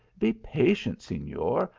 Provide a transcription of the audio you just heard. be patient, senor,